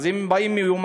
אז אם הם באים מיומנים,